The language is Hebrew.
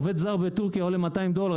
עובד זר בטורקיה עולה 200 דולר,